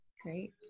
Great